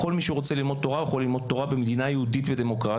כל מי שרוצה ללמוד תורה יכול ללמוד תורה במדינה יהודית ודמוקרטית.